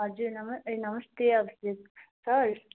हजुर नम ए नमस्ते हजुर सर